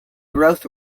growth